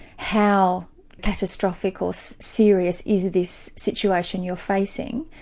how catastrophic or so serious is this situation you're facing.